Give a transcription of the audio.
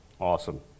Awesome